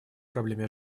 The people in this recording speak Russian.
проблеме